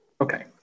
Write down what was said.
Okay